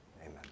amen